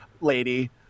lady